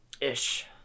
Ish